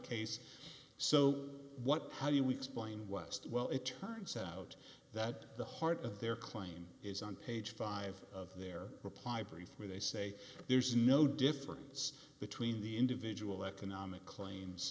case so what how do you explain west well it turns out that the heart of their claim is on page five of their reply brief where they say there's no difference between the individual economic claims